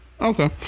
okay